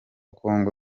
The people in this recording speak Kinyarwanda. congo